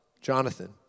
Jonathan